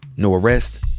no arrest,